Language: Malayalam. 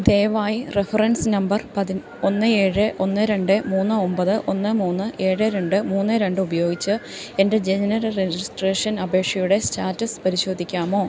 ദയവായി റഫറൻസ് നമ്പർ ഒന്ന് ഏഴ് ഒന്ന് രണ്ട് മൂന്ന് ഒമ്പത് ഒന്ന് മൂന്ന് ഏഴ് രണ്ട് മൂന്ന് രണ്ട് ഉപയോഗിച്ച് എൻ്റെ ജനന രജിസ്ട്രേഷൻ അപേക്ഷയുടെ സ്റ്റാറ്റസ് പരിശോധിക്കാമോ